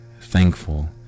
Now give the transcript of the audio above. thankful